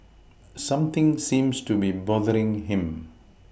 something seems to be bothering him